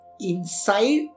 inside